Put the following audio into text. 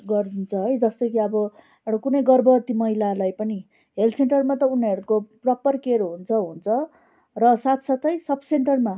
गरिदिन्छ है जस्तै कि अब एउटा कुनै गर्भवती महिलालई पनि हेल्थ सेन्टरमा त उनीहरूको प्रपर केयर हुन्छ हुन्छ र साथ साथै सब सेन्टरमा